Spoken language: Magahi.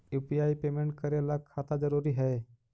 यु.पी.आई पेमेंट करे ला खाता जरूरी है?